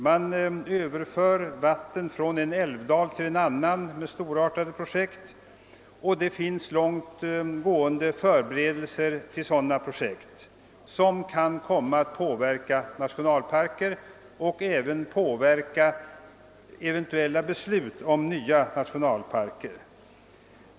Man överför vatten från en älvdal till en annan genom storartade projekt, och det finns långtgående förberedelser till sådana åtgärder som kan komma att påverka nationalparker och även eventuella beslut om nya nationalparker.